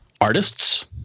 Artists